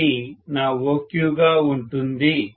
ఇది నా OQ గా ఉంటుంది